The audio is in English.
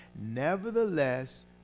nevertheless